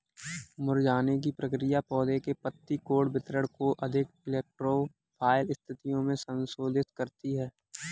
मुरझाने की प्रक्रिया पौधे के पत्ती कोण वितरण को अधिक इलेक्ट्रो फाइल स्थितियो में संशोधित करती है